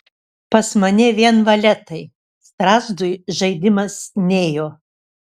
pas mane vien valetai strazdui žaidimas nėjo